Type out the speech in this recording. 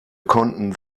konnten